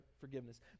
forgiveness